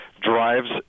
drives